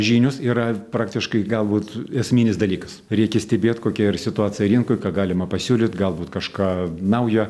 žinios yra praktiškai galbūt esminis dalykas reikia stebėt kokia situacija rinkoj ką galima pasiūlyt galbūt kažką naujo